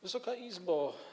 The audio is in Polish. Wysoka Izbo!